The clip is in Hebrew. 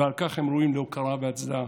ועל כך הם ראויים להוקרה והצדעה.